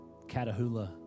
Catahoula